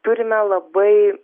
turime labai